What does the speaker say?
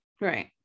Right